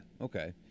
Okay